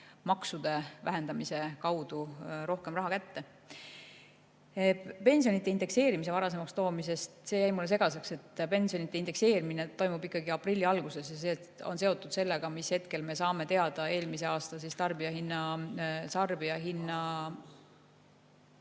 maksude vähendamise kaudu rohkem raha kätte. Pensionide indekseerimise varasemaks toomine jäi mulle segaseks. Pensionide indekseerimine toimub ikkagi aprilli alguses ja see on seotud sellega, mis hetkel me saame teada eelmise aasta tarbijahinna muutuse. Ma